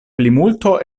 plimulto